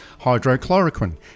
hydrochloroquine